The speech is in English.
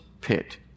pit